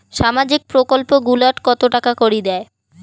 সামাজিক প্রকল্প গুলাট কত টাকা করি দেয়?